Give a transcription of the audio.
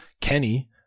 Kenny